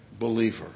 believer